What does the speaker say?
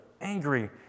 angry